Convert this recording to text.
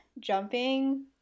Jumping